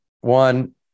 one